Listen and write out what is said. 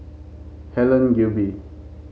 Helen Gilbey